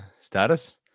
status